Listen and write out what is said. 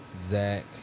Zach